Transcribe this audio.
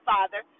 Father